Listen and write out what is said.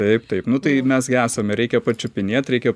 taip taip nu tai mes gi esame reikia pačiupinėt reikia